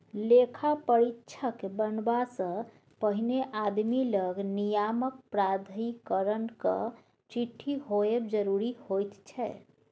लेखा परीक्षक बनबासँ पहिने आदमी लग नियामक प्राधिकरणक चिट्ठी होएब जरूरी होइत छै